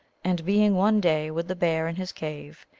and being one day with the bear in his cave,